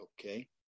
Okay